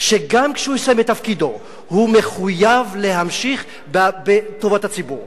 שגם כשהוא יסיים את תפקידו הוא מחויב להמשיך בטובת הציבור.